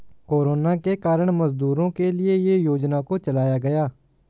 corona के कारण मजदूरों के लिए ये योजना को चलाया गया